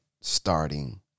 starting